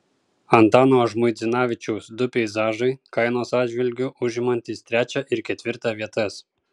antano žmuidzinavičiaus du peizažai kainos atžvilgiu užimantys trečią ir ketvirtą vietas